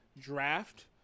draft